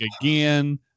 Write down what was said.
again